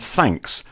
thanks